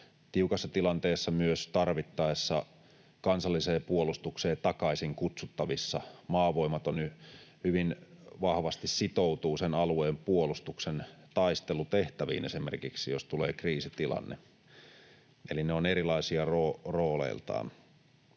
tiukassa tilanteessa myös tarvittaessa kansalliseen puolustukseen takaisin kutsuttavissa, ja maavoimat hyvin vahvasti sitoutuu esimerkiksi tietyn alueen puolustuksen taistelutehtäviin, jos tulee kriisitilanne. Eli ne ovat erilaisia rooleiltaan.